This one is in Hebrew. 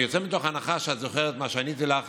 אני יוצא מתוך הנחה שאת זוכרת מה שעניתי לך